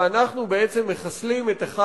ואנחנו בעצם מחסלים את אחד